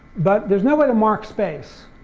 but there's no way to mark space.